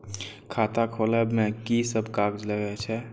खाता खोलब में की सब कागज लगे छै?